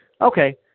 Okay